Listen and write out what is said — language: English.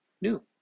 new